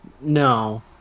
no